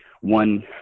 one